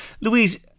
Louise